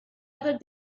other